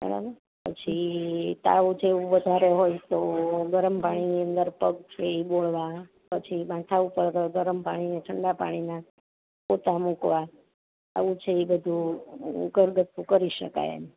બરાબર પછી તાવજેવુ વધારે હોય તો ગરમ પાણીની અંદર પગ છે ઈ બોળવા પછી માથા ઉપર ગરમ પાણીનો ઠંડા પાણીનો પોતા મૂકવા આવું છે ઈ બધુ ઘરગથ્થું કરી શકાય એમ